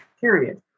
period